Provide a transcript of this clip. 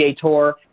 Tour